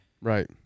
Right